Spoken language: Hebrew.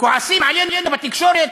כועסים עלינו בתקשורת,